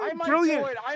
brilliant